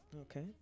Okay